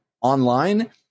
online